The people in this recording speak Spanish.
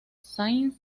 sainz